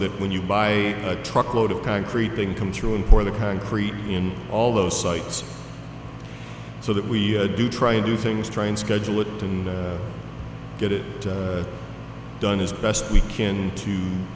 that when you buy a truckload of concrete thing come true and pour the concrete in all those sites so that we do try and do things train schedule it and get it done as best we can to